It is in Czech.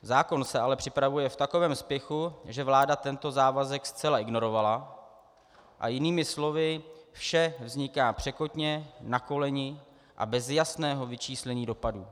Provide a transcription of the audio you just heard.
Zákon se ale připravuje v takovém spěchu, že vláda tento závazek zcela ignorovala a jinými slovy, vše vzniká překotně, na koleni a bez jasného vyčíslení dopadů.